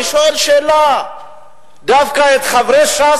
אני שואל שאלה דווקא את חברי ש"ס.